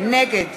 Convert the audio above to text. נגד